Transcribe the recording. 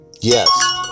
Yes